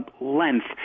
length